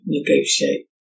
negotiate